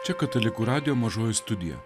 čia katalikų radijo mažoji studija